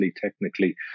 technically